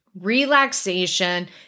relaxation